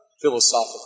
philosophical